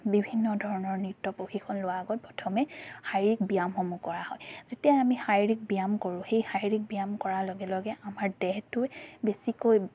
বিভিন্ন ধৰণৰ নৃত্য প্ৰশিক্ষণ লোৱাৰ আগত প্ৰথমে শাৰীৰিক ব্যায়ামসমূহ কৰা হয় যেতিয়াই আমি শাৰীৰিক ব্যায়াম কৰোঁ সেই শাৰিৰীক ব্যায়াম কৰাৰ লগে লগে আমাৰ দেহটোৱে বেছিকৈ